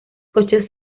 coches